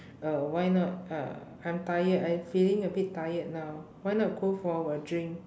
uh why not uh I'm tired I feeling a bit tired now why not go for a drink